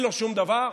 אין לו שום דבר,